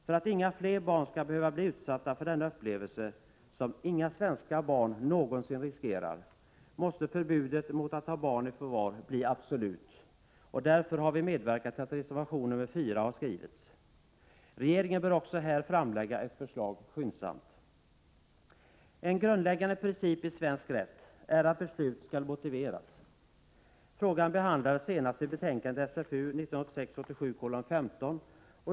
För att inga fler barn skall behöva bli utsatta för denna upplevelse, som inga svenska barn någonsin riskerar, anser folkpartiet att förbudet mot att ta barn i förvar måste bli absolut. Därför har vi medverkat till att reservation 4 har skrivits. Regeringen bör också här framlägga ett förslag skyndsamt. En grundläggande princip i svensk rätt är att beslut skall motiveras. Frågan behandlades senast i socialförsäkringsutskottets betänkande 1986/87:15.